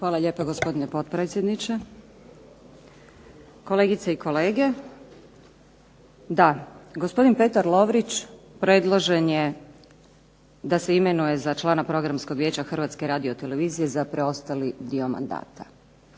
Hvala lijepa, gospodine potpredsjedniče. Kolegice i kolege. Da, gospodin Petar Lovrić predložen je da se imenuje za člana Programskog vijeća Hrvatske radiotelevizije za preostali dio mandata.